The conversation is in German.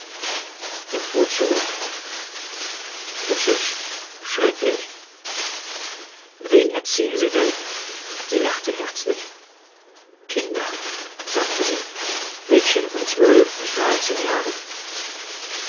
er fuhr zurück das ist schrecklich wen erziehen sie denn sie lachte herzlich kinder sagte sie mädchen von zwölf und dreizehn jahren